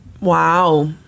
Wow